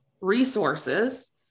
resources